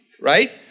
right